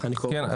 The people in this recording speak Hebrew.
כן.